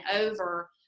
over